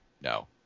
No